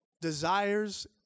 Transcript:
desires